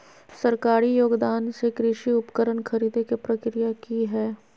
सरकारी योगदान से कृषि उपकरण खरीदे के प्रक्रिया की हय?